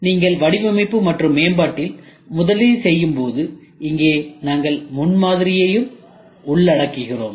நீங்கள் வடிவமைப்பு மற்றும் மேம்பாட்டில் முதலீடு செய்யும் போது இங்கே நாங்கள் முன்மாதிரியையும் உள்ளடக்குகிறோம்